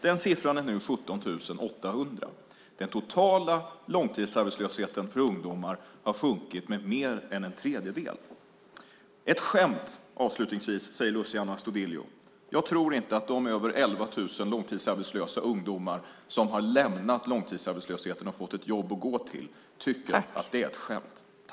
Den siffran är nu 17 800. Den totala långtidsarbetslösheten för ungdomar har sjunkit med mer än en tredjedel. Luciano Astudillo säger att det är ett skämt. Jag tror inte att de över 11 000 långtidsarbetslösa ungdomar som har lämnat långtidsarbetslösheten och fått ett jobb att gå till tycker att det är ett skämt.